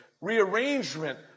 rearrangement